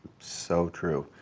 so true,